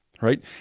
right